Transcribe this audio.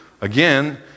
Again